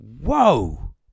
whoa